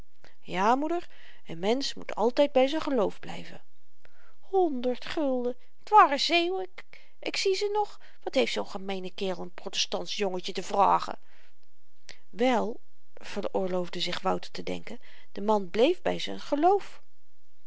ja moeder n mensch moet altyd by z'n geloof blyven honderd gulden t waren zeeuwen ik zie ze nog wat heeft zoo'n gemeene kerel n protestantsch jongetje te vragen wel veroorloofde zich wouter te denken de man bleef by z'n geloof